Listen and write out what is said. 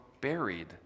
buried